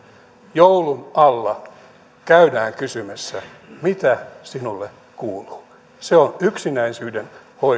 joulun alla käydään kysymässä mitä sinulle kuuluu se on yksinäisyyden